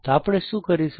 તો આપણે શું કરીશું